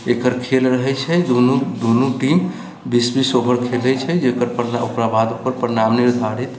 एकर खेल रहैत छै दूनू टीम बीस बीस ओवर खेलैत छै जेकर ओकरा बाद परिणाम निर्धारित